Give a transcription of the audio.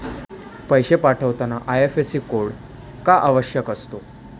पैसे पाठवताना IFSC code का आवश्यक असतो?